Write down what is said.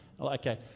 Okay